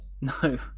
No